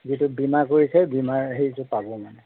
যিটো বীমা কৰিছে বীমাৰ হেৰিটো পাব মানে